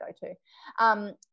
go-to